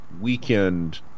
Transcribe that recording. weekend